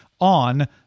on